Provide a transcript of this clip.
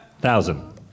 Thousand